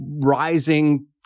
rising